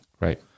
Right